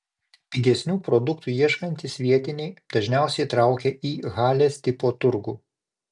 pigesnių produktų ieškantys vietiniai dažniausiai traukia į halės tipo turgų